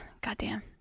goddamn